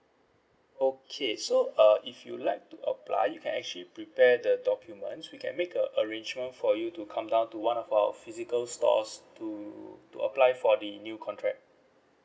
okay so uh if you'd like to apply you can actually prepare the documents we can make a arrangement for you to come down to one of our physical stores to to apply for the new contract